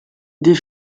des